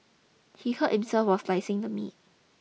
he hurt himself while slicing the meat